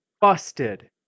busted